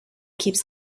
keeps